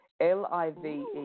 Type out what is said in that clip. L-I-V-E